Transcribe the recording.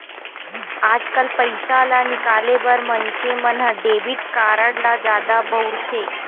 आजकाल पइसा ल निकाले बर मनखे मन ह डेबिट कारड ल जादा बउरथे